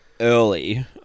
early